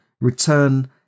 return